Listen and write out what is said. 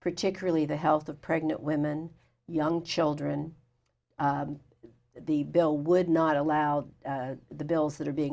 particularly the health of pregnant women young children the bill would not allow the bills that are being